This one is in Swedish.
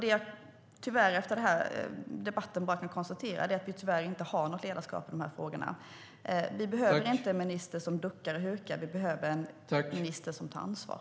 Efter den här debatten kan jag bara konstatera att vi tyvärr inte har något ledarskap i frågorna. Vi behöver inte en minister som duckar och hukar; vi behöver en minister som tar ansvar.